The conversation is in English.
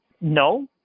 No